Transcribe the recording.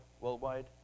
worldwide